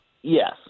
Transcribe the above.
Yes